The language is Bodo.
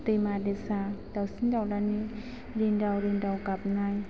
दैमा दैसा दावसिन दावलानि रिन्दाव रिन्दाव गाबनाय